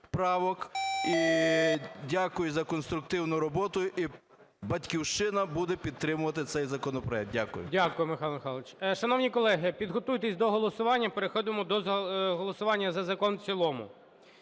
дякую за конструктивну роботу, і "Батьківщина" буде підтримувати цей законопроект. Дякую. ГОЛОВУЮЧИЙ. Дякую, Михайле Михайловичу. Шановні колеги, підготуйтесь до голосування. Переходимо до голосування за закон у цілому.